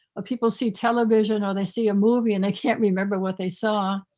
ah people see television or they see a movie and they can't remember what they saw.